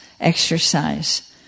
exercise